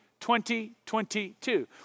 2022